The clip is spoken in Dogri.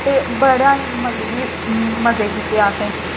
ते बड़ा मतलब कि मते कीते असें